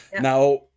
Now